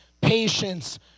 patience